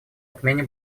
отмене